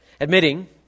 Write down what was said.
admitting